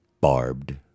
barbed